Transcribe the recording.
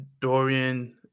Dorian